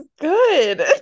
good